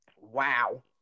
Wow